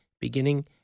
beginning